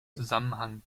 zusammenhang